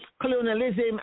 colonialism